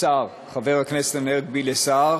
חבר הכנסת הנגבי, לשר,